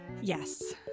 Yes